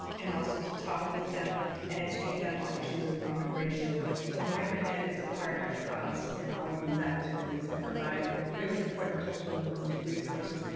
and also to talk with them and educate them on issues of immigration. so migrant ed is a partner for us in all of these activities and provide really important cultural linguistic resources.